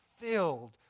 filled